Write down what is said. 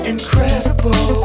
Incredible